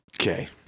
Okay